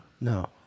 No